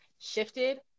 shifted